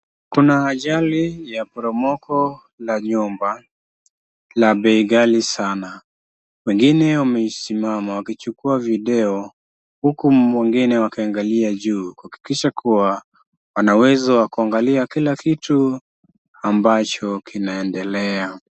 Kuna ajali ya poromoko la nyumba la bei ghali sana. Wengine wamesimama wakichukua video huku wengine wakiangalia juu kuhakikisha kuwa wanaweza kuangalia kila kitu ambacho kinaendelea.